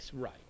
right